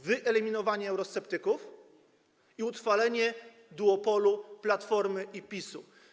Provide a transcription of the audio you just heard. Wyeliminowanie eurosceptyków i utrwalenie duopolu Platformy i PiS-u.